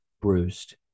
bruised